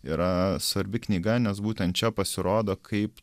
yra svarbi knyga nes būtent čia pasirodo kaip